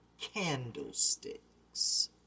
candlesticks